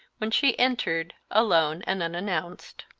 when she entered, alone and unannounced.